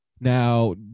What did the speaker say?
now